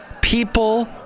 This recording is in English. People